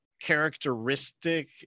characteristic